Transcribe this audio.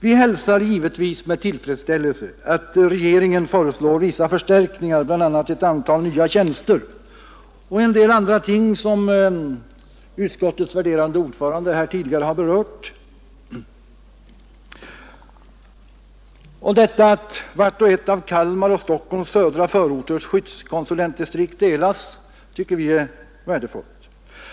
Vi hälsar givetvis med tillfredsställelse att regeringen föreslår vissa förstärkningar, bl.a. ett antal nya tjänster, och en del andra ting som utskottets värderade ordförande här tidigare har berört. Att vart och ett av skyddskonsulentdistrikten i Kalmar och Stockholms södra förorter delas i två distrikt tycker vi är värdefullt.